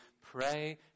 pray